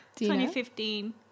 2015